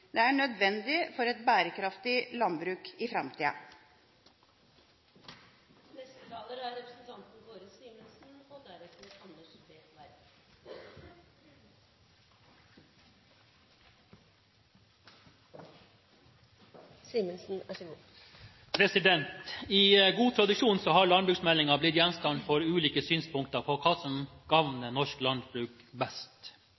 Det er nødvendig for et bærekraftig landbruk i framtida. I god tradisjon har landbruksmeldingen blitt gjenstand for ulike synspunkter på hva som